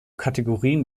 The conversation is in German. kategorien